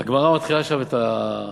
הגמרא מתחילה שם את הקטע,